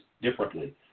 differently